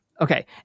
Okay